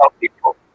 people